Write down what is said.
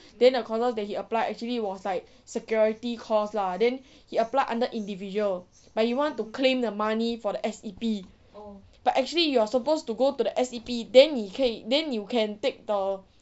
then the courses that he applied actually was like security course lah then he applied under individual but you want to claim the money for the S_E_P but actually you are suppose to go to the S_E_P then 你可以 then you can take the